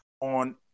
on